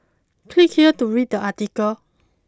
click here to read the article